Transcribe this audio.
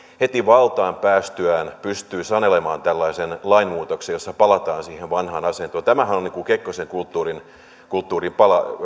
heti valtaan päästyään pystyy sanelemaan tällaisen lainmuutoksen jossa palataan siihen vanhaan asentoon tämähän on niin kuin kekkosen kulttuuriin